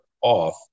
off